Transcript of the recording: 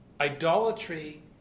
Idolatry